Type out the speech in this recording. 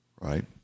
right